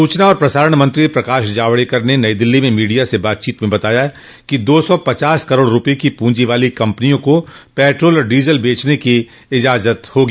सूचना और प्रसारण मंत्री प्रकाश जावडेकर न नई दिल्ली में मीडिया से बातचीत में बताया कि दो सौ पचास करोड़ रुपए की प्रंजी वाली कम्पनियों को पेट्रोल और डीजल बेचने की इजाजत होगी